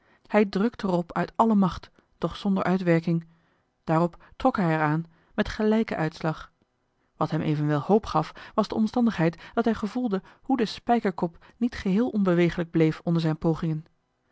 hij drukte er op uit alle macht doch zonder uitwerking daarop trok hij er aan met gelijken uitslag wat hem evenwel hoop gaf was de omstandigheid dat hij gevoelde hoe de spijkerkop niet geheel onbeweeglijk bleef onder zijn pogingen